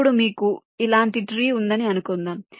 ఇప్పుడు మీకు ఇలాంటి ట్రీ ఉందని అనుకుందాం